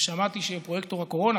שמעתי שפרויקטור הקורונה,